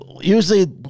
usually